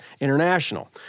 International